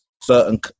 certain